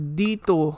dito